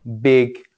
big